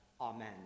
Amen